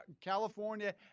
California